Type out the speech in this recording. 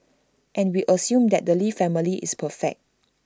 and we assume that the lee family is perfect